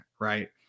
right